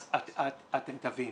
אז אתם תבינו.